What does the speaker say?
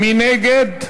מי נגד?